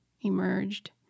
emerged